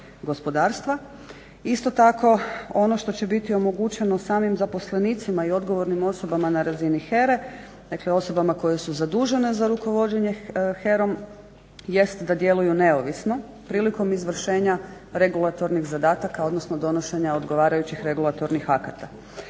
gospodarstva. Isto tako, ono što će biti omogućeno samim zaposlenicima i odgovornim osobama na razini HERA-e, dakle osobama koje su zadužene za rukovođenje HERA-om jest da djeluju neovisno prilikom izvršenja regulatornih zadataka, odnosno donošenja odgovarajućih regulatornih akata.